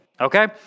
Okay